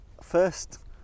first